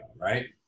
right